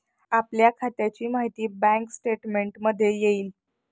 आपल्या खात्याची माहिती बँक स्टेटमेंटमध्ये येईल